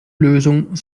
lösung